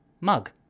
Mug